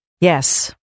Yes